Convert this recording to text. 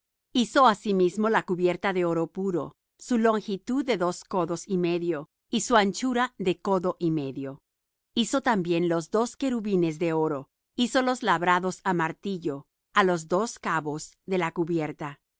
hizo asimismo la cubierta de oro puro su longitud de dos codos y medio y su anchura de codo y medio hizo también los dos querubines de oro hízolos labrados á martillo á los dos cabos de la cubierta